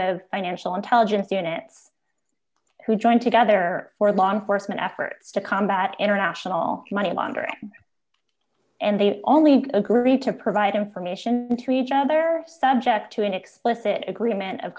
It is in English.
of financial intelligence units who joined together for a long foresman efforts to combat international money laundering and they only agreed to provide information to each other subject to an explicit agreement of